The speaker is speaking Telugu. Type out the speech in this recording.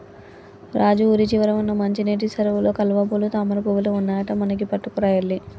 రాజు ఊరి చివర వున్న మంచినీటి సెరువులో కలువపూలు తామరపువులు ఉన్నాయట మనకి పట్టుకురా ఎల్లి